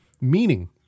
meaning